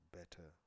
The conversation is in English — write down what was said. better